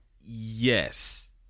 yes